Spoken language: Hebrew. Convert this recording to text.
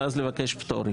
ואז לבקש פטורים.